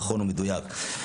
נכון ומדויק.